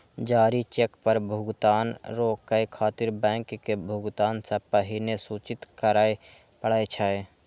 जारी चेक पर भुगतान रोकै खातिर बैंक के भुगतान सं पहिने सूचित करय पड़ै छै